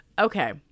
Okay